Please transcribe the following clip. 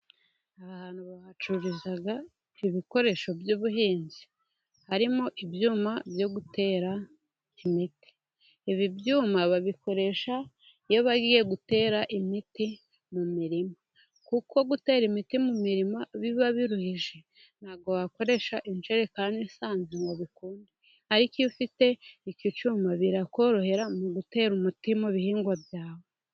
Aha hantu bahacururizaga ibikoresho by'ubuhinzi harimo ibyuma byo gutera imiti. Ibi byuma babikoresha iyo bagiye gutera imiti mu mirima kuko gutera imiti mu mirima biba biruhije ntago wakoresha injerekani isanzwe ngo bikund ariko iyo ufite iki cyuma birakorohera mu gutera imiti ibihingwa byawe.